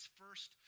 first